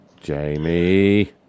Jamie